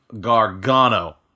Gargano